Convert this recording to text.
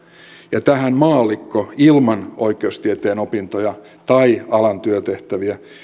ja tähän maallikko ilman oikeustieteen opintoja tai alan työtehtäviä